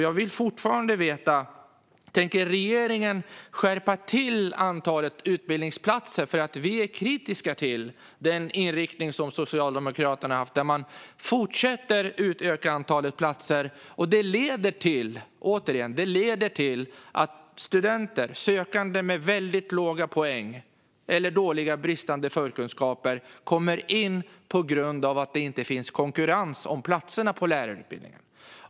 Jag vill fortfarande veta: Tänker regeringen skärpa till antalet utbildningsplatser? Vi är kritiska till den inriktning som Socialdemokraterna har haft där man fortsätter att utöka antalet platser. Det leder till, återigen, att sökande med låga poäng eller bristande förkunskaper kommer in på grund av att det inte finns konkurrens om platserna på lärarutbildningen.